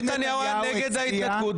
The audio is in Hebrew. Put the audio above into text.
נתניהו היה נגד ההתנתקות.